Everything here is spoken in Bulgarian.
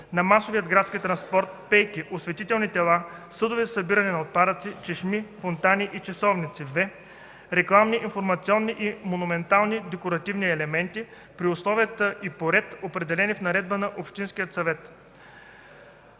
на масовия градски транспорт, пейки, осветителни тела, съдове за събиране на отпадъци, чешми, фонтани и часовници; в) рекламни, информационни и монументално - декоративни елементи, при условия и по ред, определени в наредба на общинския съвет.”